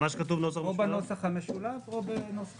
"הנורבגי" גם מעניין אותי.